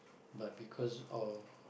but because of